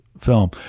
film